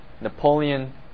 Napoleon